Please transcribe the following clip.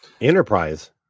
Enterprise